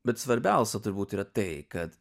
bet svarbiausia turbūt yra tai kad